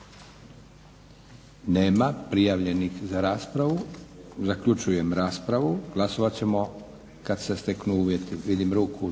Nema prijavljenih za raspravu. Zaključujem raspravu. Glasovat ćemo kad se steknu uvjeti. **Stazić,